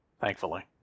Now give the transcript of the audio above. thankfully